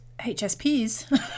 hsps